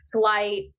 flight